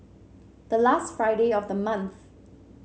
the last Friday of the month